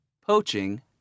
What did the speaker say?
Poaching